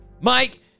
Mike